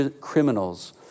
criminals